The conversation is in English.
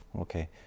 Okay